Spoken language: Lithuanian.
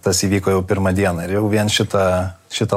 tas įvyko jau pirmą dieną ir jau vien šitą šitą